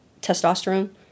testosterone